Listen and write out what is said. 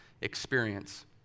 experience